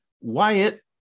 Wyatt